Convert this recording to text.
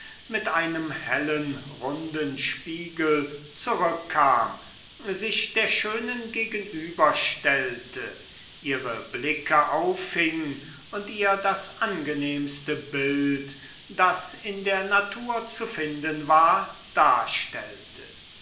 mit einem hellen runden spiegel zurückkam sich der schönen gegenüberstellte ihre blicke auffing und ihr das angenehmste bild das in der natur zu finden war darstellte